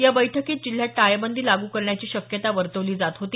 या बैठकीत जिल्ह्यात टाळेबंदी लागू करण्याची शक्यता वर्तवली जात होती